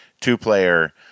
two-player